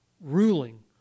ruling